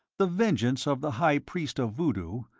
the vengeance of the high priest of voodoo,